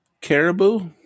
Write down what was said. caribou